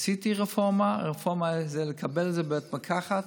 עשיתי רפורמה, והרפורמה היא לקבל את זה בבית מרקחת